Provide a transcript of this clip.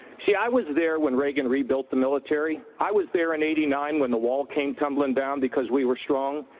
see, i was there when reagan rebuilt the military. i was there in eighty nine when the wall came tumbling down because we were strong.